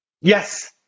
Yes